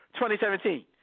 2017